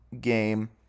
game